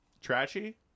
Trashy